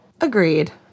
Agreed